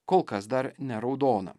kol kas dar ne raudona